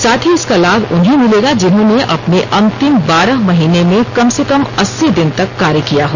साथ ही इसका लाभ उन्हें मिलेगा जिन्होनें अपने अंतिम बारह महीने में कम से कम अस्सी दिन तक कार्य किया हो